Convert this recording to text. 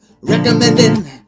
recommending